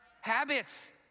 habits